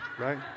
right